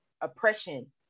oppression